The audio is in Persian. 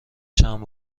چند